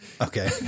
Okay